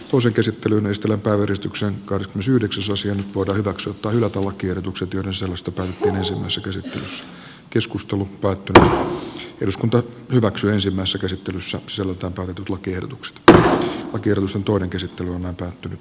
osa käsitteli myös tilata yrityksen nyt voidaan hyväksyä tai hylätä lakiehdotukset joiden sisällöstä päätettiin ensimmäisessä käsittelyssä soluttautunut lakiehdotukset vr cyrus on tuoda käsittelyyn on päättynyt